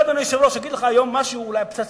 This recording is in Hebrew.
אדוני היושב-ראש, אגיד לך היום משהו, אולי פצצה: